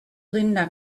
linda